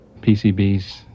PCBs